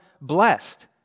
blessed